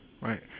right